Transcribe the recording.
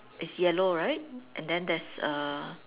is yellow right and then there's uh